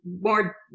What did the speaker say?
more